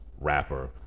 rapper